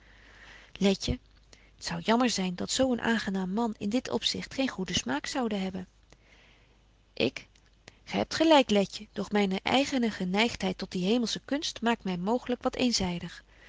letje t zou jammer zyn dat zo een aangenaam man in dit opzicht geen goeden smaak zoude hebben ik gy hebt gelyk letje doch myne eigene geneigtheid tot die hemelsche kunst maakt my mooglyk wat eenzydig